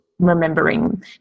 Remembering